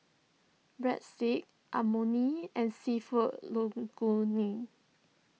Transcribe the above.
Breadsticks Imoni and Seafood Linguine